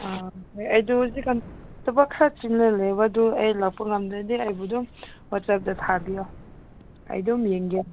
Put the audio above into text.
ꯑꯥ ꯍꯣꯏ ꯑꯩꯗꯨ ꯍꯧꯖꯤꯛꯀꯥꯟ ꯊꯕꯛ ꯈꯔ ꯆꯤꯟꯅ ꯂꯩꯕ ꯑꯗꯨ ꯑꯩ ꯂꯥꯛꯄ ꯀꯥꯟꯗꯗꯤ ꯑꯩꯕꯨ ꯑꯗꯨꯝ ꯋꯥꯠꯆꯞꯇ ꯊꯥꯕꯤꯌꯣ ꯑꯩ ꯑꯗꯨꯝ ꯌꯦꯡꯒꯦ